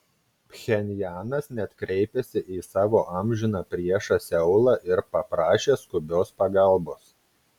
pchenjanas net kreipėsi į savo amžiną priešą seulą ir paprašė skubios pagalbos